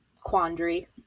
quandary